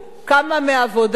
כמה מהעבודה,